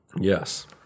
Yes